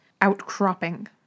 outcropping